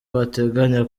bateganya